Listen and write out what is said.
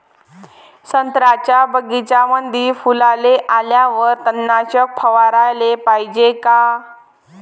संत्र्याच्या बगीच्यामंदी फुलाले आल्यावर तननाशक फवाराले पायजे का?